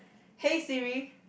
hey Siri